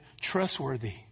trustworthy